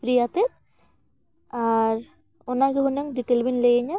ᱯᱷᱤᱨᱤ ᱠᱟᱛᱮᱫ ᱟᱨ ᱚᱱᱟ ᱜᱮ ᱦᱩᱱᱟᱹᱝ ᱰᱤᱴᱮᱞ ᱵᱮᱱ ᱞᱟᱹᱭᱟᱹᱧᱟ